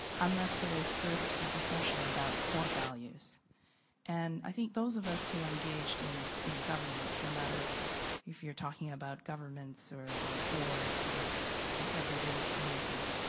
unless there is first a discussion about core values and i think those of us who are engaged in in governance no matter if you're talking about governments or or boards or whatever it is, communities.